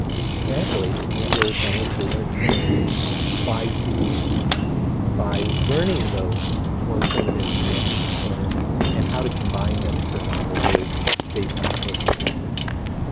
extrapolate to new words on which they weren't trained by by learning those more primitive semantic components and how to combine them for novel words based on corpus statistics.